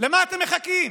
למה אתם מחכים?